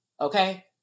okay